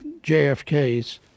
JFK's